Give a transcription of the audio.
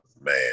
Man